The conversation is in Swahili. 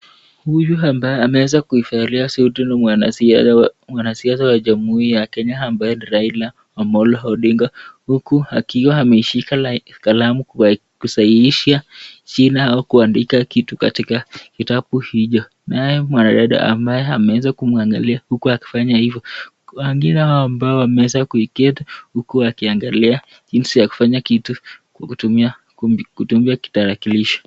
Huyu ambaye ameweza kuivalia suit ni mwanasiasa wa jamhuri ya Kenya ambaye ni Raila Amolo Odinga, huku akiwa ameshika kalamu kusahihisha jina au kuandika kitu katika kitabu hicho. Naye mwanadada ambaye ameweza kumwangalia huku akifanya hivyo. Wengine hawa ambao wameweza kuketi huku wakiangalia jinsi ya kufanya kitu kwa kutumia kompyuta, kutumia Tarakilishi.